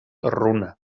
runa